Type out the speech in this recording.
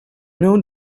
know